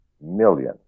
million